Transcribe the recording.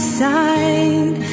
side